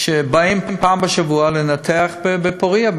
שבאים פעם בשבוע לנתח בפוריה.